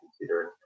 considering